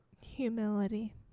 humility